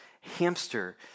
hamster